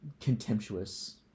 contemptuous